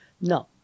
No